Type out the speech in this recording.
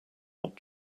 not